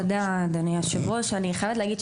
אני חייבת להגיד,